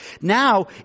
Now